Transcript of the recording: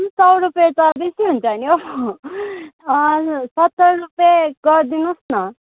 सय रुप्पे त बेसी हुन्छ नि हौ सत्तर रुप्पे गरिदिनु होस् न